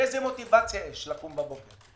איזה מוטיבציה יש לקום בבוקר,